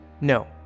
no